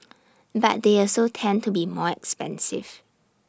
but they also tend to be more expensive